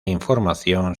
información